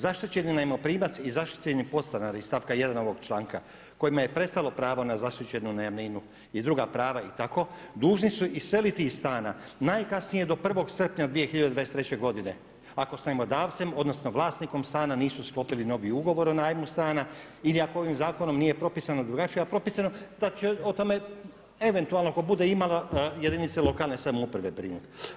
Zaštićeni najmoprimac i zaštićeni podstanari iz stavka 1. ovog članka kojima je prestalo pravo na zaštićenu najamninu i druga pravo i tako dužno su iseliti iz stana najkasnije do 1. srpnja 2023. godine ako s najmodavcem odnosno vlasnikom stana nisu sklopili novi ugovor o najmu stana ili ako ovim zakonom nije propisano drugačije“, a propisano je da će o tome eventualno ako bude imala jedinice lokalne samouprave brinut.